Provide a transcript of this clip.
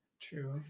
True